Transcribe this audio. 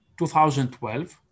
2012